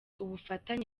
ubufatanye